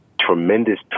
tremendous